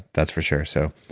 that's for sure so,